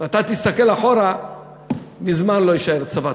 אם היית מסתכל אחורה, מזמן לא היה נשאר צבא.